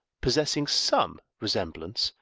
possessing some resemblance,